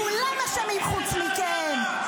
כולם אשמים חוץ מכם.